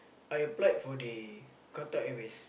I applied for the Qatar-Airways